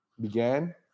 began